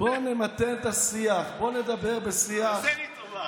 בוא נמתן את השיח, בוא נדבר בשיח, תעשה לי טובה.